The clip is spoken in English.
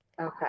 Okay